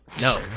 No